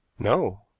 no.